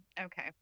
Okay